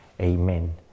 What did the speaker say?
Amen